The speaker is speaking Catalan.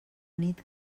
nit